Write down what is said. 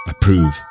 Approve